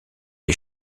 est